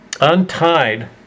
untied